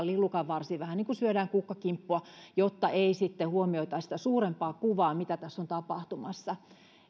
lillukanvarsiin vähän niin kuin syödään kukkakimppua jotta ei sitten huomioitaisi sitä suurempaa kuvaa mitä tässä on tapahtumassa